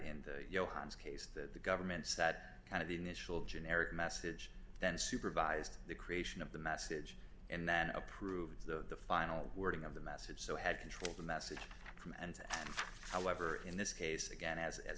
and johanns case that the government's that kind of initial generic message then supervised the creation of the message and that approved the final wording of the message so had control of the message from and however in this case again as as